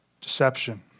Deception